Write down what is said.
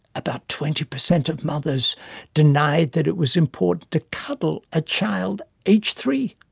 about twenty per cent of mothers denied that it was important to cuddle a child aged three.